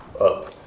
up